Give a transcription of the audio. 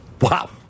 Wow